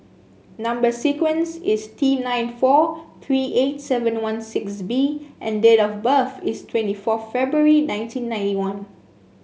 number sequence is T nine four three eight seven one six B and date of birth is twenty four February nineteen ninety one